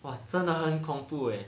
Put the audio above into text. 哇真的很恐怖诶